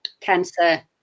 cancer